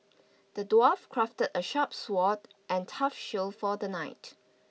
the dwarf crafted a sharp sword and tough shield for the knight